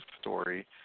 story